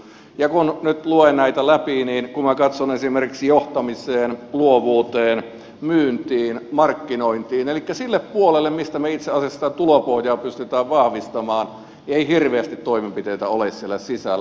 kun nyt luen näitä läpi niin kun minä katson esimerkiksi johtamiseen luovuuteen myyntiin markkinointiin elikkä sille puolelle mistä me itse asiassa sitä tulopohjaa pystymme vahvistamaan ei hirveästi toimenpiteitä ole siellä sisällä